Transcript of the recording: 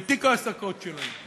את תיק העסקות שלהם.